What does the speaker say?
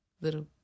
Little